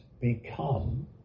become